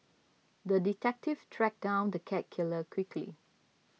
the detective tracked down the cat killer quickly